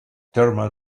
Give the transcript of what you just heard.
thermal